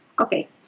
Okay